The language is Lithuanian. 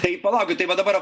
tai palaukit tai va dabar